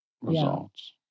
results